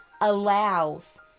allows